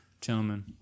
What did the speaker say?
Gentlemen